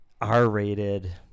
R-rated